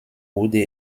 wurde